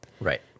Right